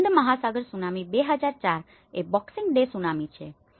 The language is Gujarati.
અને હિંદ મહાસાગર સુનામી 2004 એ બોક્સિંગ ડે સુનામી છે